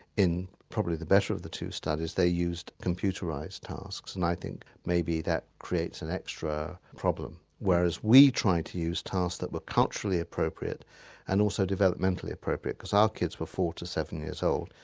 in probably the better of the two studies they used computerised tasks, and i think maybe that creates an extra problem, whereas we tried to use tasks that were culturally appropriate and also developmentally appropriate, because our kids were four to seven years old,